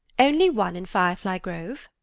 only one in firefly grove.